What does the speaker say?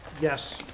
Yes